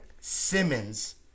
Simmons